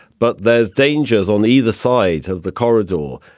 but there's dangers on either side of the corridor.